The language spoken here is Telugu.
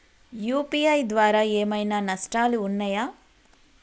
యూ.పీ.ఐ ద్వారా ఏమైనా నష్టాలు ఉన్నయా?